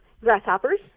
grasshoppers